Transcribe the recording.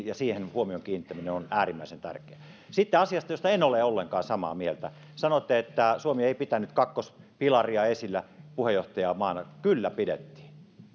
ja huomion kiinnittäminen siihen on äärimmäisen tärkeää sitten asiasta josta en ole ollenkaan samaa mieltä sanotte että suomi ei pitänyt kakkospilaria esillä puheenjohtajamaana kyllä pidettiin